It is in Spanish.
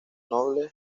noble